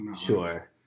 Sure